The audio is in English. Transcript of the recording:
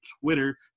Twitter